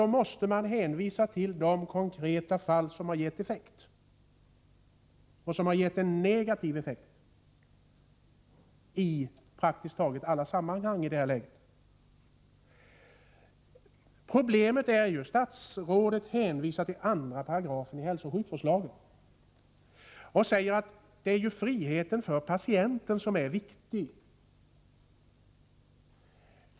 Då måste man hänvisa till de konkreta fall där beslutet har gett effekt — i praktiskt taget alla sammanhang en negativ effekt. Statsrådet hänvisar till 2 § hälsooch sjukvårdslagen och säger att det är friheten för patienten som är det viktiga.